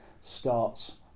starts